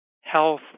Health